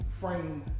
frame